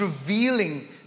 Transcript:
revealing